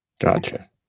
Gotcha